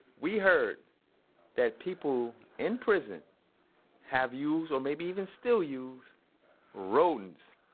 we heard that people in prison have used, or maybe even still use rodents,